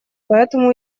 поэтому